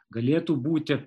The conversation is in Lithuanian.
galėtų būti